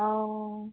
অ